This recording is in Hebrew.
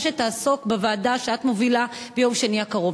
שיעסקו בו בוועדה שאת מובילה ביום שני הקרוב,